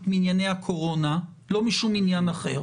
מענייני הקורונה לא משום עניין אחר